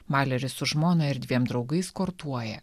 maleris su žmona ir dviem draugais kortuoja